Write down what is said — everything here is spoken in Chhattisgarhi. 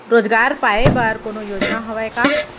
रोजगार पाए बर कोनो योजना हवय का?